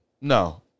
no